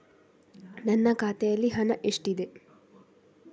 ನನ್ನ ಖಾತೆಯಲ್ಲಿ ಹಣ ಎಷ್ಟಿದೆ?